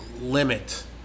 limit